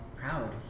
proud